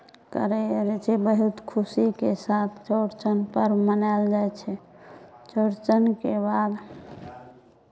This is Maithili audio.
करै अरै छै बहुत खुशीके साथ चौरचन पर्व मनायल जाइ छै चौरचनके बाद